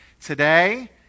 Today